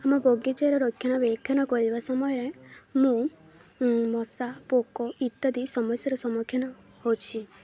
ଆମ ବଗିଚାରେ ରକ୍ଷଣାବେକ୍ଷଣ କରିବା ସମୟରେ ମୁଁ ମଶା ପୋକ ଇତ୍ୟାଦି ସମସ୍ୟାର ସମ୍ମୁଖୀନ ହେଉଛି